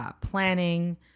planning